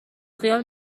خیال